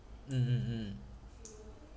mm mm mm